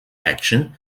action